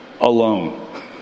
alone